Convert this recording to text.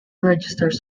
registers